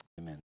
amen